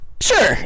sure